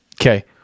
Okay